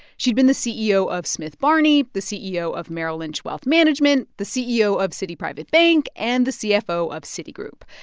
she'd been the ceo of smith barney, the ceo of merrill lynch wealth management, the ceo of citi private bank and the cfo of citigroup.